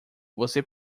você